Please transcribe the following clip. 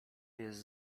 jest